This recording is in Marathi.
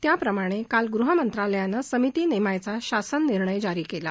त्याप्रमाणे काल गृहमंत्रालयानं समिती नेमायचा शासन निर्णय जारी केला